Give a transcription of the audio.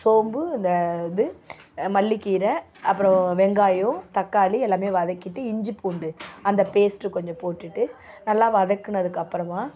சோம்பு இந்த வந்து மல்லி கீரை அப்புறம் வெங்காயம் தக்காளி எல்லாம் வதக்கிட்டு இஞ்சி பூண்டு அந்த பேஸ்ட்டு கொஞ்சம் போட்டுட்டு நல்லா வதக்கினதுக்கு அப்புறமாக